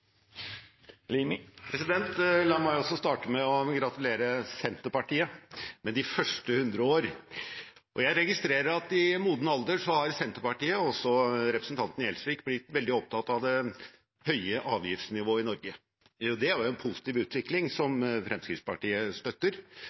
Brussel. La meg også starte med å gratulere Senterpartiet med de første 100 år. Jeg registrerer at i moden alder har Senterpartiet – og også representanten Gjelsvik – blitt veldig opptatt av det høye avgiftsnivået i Norge. Det er en positiv utvikling som Fremskrittspartiet støtter.